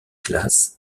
classes